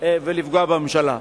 ולפגוע בממשלה.